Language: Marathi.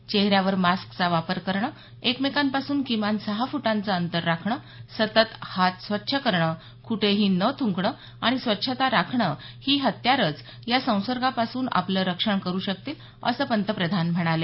चेहऱ्यावर मास्कचा वापर करण एकमेकांपासून किमान सहा फुटाचं अंतर राखणं सतत हात स्वच्छ करण कुठेही न थुंकणं आणि आणि स्वच्छता राखणं ही हत्यारंच या संसर्गापासून आपलं रक्षण करू शकतील असं पंतप्रधान म्हणाले